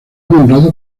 nombrado